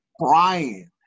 Crying